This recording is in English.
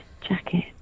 Jacket